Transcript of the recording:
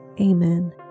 Amen